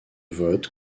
votes